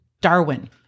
Darwin